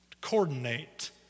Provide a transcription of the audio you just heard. Coordinate